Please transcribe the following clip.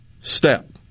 step